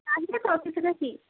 আসবে তো অফিসে না কি